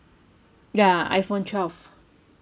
ya iphone twelve